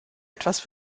etwas